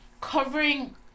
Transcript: covering